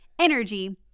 energy